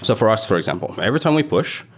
so for us, for example, every time we push,